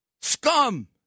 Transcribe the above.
scum